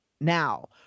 now